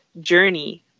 journey